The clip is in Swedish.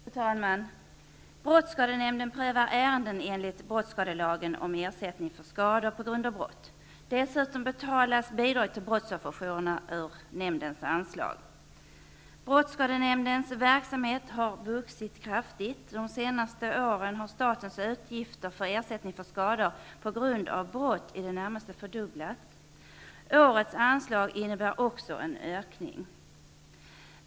Fru talman! Brottsskadenämnden prövar ärenden enligt brottsskadelagen om ersättning för skador på grund av brott. Dessutom betalas bidrag till brottsofferjourerna ur nämndens anslag. Brottsskadenämndens verksamhet har vuxit kraftigt. De senaste åren har statens utgifter för ersättning för skador på grund av brott i det närmaste fördubblats. Årets anslag innebär också en ökning.